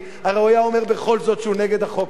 הרי הוא היה אומר בכל זאת שהוא נגד החוק הזה.